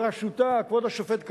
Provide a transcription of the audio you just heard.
ובראשותה עמד כבוד השופט כהן,